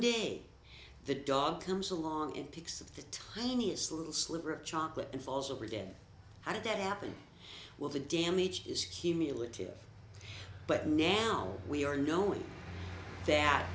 day the dog comes along and picks of the tiniest little sliver of chocolate and falls over dead how did that happen will the damage is cumulative but now we are knowing that